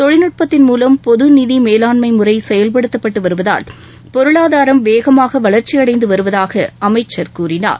தொழில்நட்பத்தின் மூலம் பொதுநிதி மேலாண்மை முறை செயல்படுத்தப்பட்டு வருவதால் பொருளாதாரம் வேகமாக வளர்ச்சி அடைந்து வருவதாக அமைச்சர் கூறினார்